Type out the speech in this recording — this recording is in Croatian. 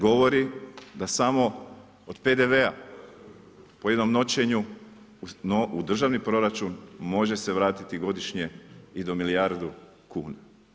Govorimo da samo od PDV-a po jedinom noćenju u državni proračun miže se vratiti godišnje i do milijardu kuna.